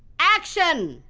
action!